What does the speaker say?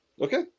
Okay